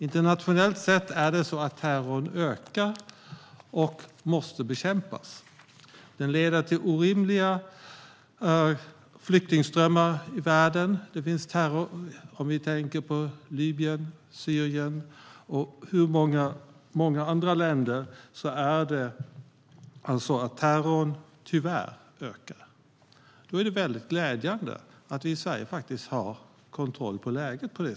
Internationellt sett ökar terrorn och måste bekämpas. Den leder till orimliga flyktingströmmar i världen. Tyvärr ökar terrorn i Libyen, i Syrien och i många andra länder. Då är det väldigt glädjande att vi i Sverige faktiskt har kontroll på läget.